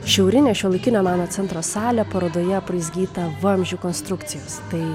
šiaurinė šiuolaikinio meno centro salė parodoje apraizgyta vamzdžių konstrukcijos tai